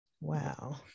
Wow